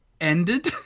ended